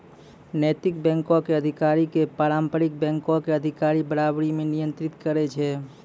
नैतिक बैंको के अधिकारी के पारंपरिक बैंको के अधिकारी बराबरी मे नियंत्रित करै छै